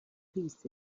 pieces